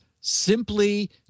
simply